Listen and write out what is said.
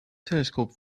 telescope